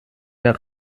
der